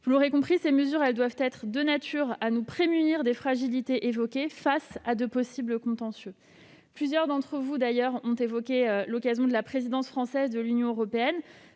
Vous l'aurez compris, ces mesures doivent être de nature à nous prémunir contre les fragilités évoquées face à de possibles contentieux. Plusieurs d'entre vous, d'ailleurs, ont évoqué l'occasion que représente la présidence française de l'Union européenne.